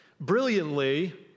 brilliantly